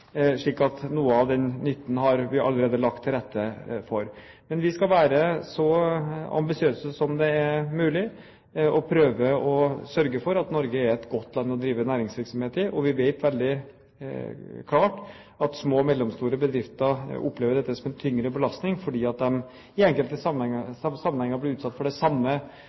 slik at noen grep har Norge allerede gjort. Jeg nevnte tidligere Altinn, som er et stort grep som har effektiviseringspotensial i seg, så noe av den nytten har vi allerede lagt til rette for. Vi skal være så ambisiøse som det er mulig, og prøve å sørge for at Norge er et godt land å drive næringsvirksomhet i. Vi vet veldig klart at små og mellomstore bedrifter opplever dette som en tyngre belastning fordi de i enkelte